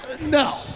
No